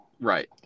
Right